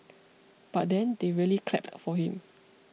but then they really clapped for him